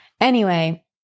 Anyway-